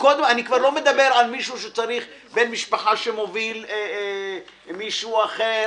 אני כבר לא מדבר על בן משפחה שמוביל מישהו אחר,